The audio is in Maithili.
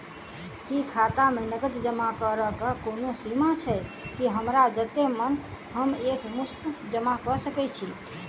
की खाता मे नगद जमा करऽ कऽ कोनो सीमा छई, की हमरा जत्ते मन हम एक मुस्त जमा कऽ सकय छी?